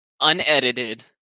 unedited